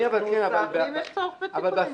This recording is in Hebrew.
אבל אני